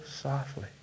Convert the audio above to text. softly